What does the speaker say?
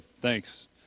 Thanks